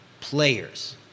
players